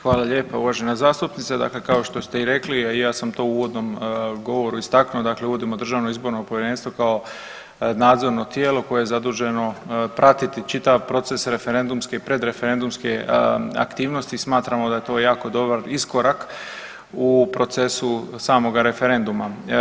Hvala lijepa uvažena zastupnica, dakle kao što ste i rekli, a i ja sam to u uvodom govoru istaknuo, dakle uvodimo Državno izborno povjerenstvo kao nadzorno tijelo koje je zaduženo pratiti čitav proces referendumske i predreferendumske aktivnosti i smatramo da je to jako dobar iskorak u procesu samoga referenduma.